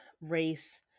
race